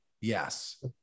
yes